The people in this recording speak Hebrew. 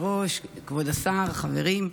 כבוד היושב-ראש, כבוד השר, חברים,